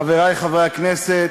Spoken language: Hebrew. חברי חברי הכנסת,